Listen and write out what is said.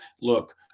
Look